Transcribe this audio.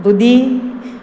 दुदी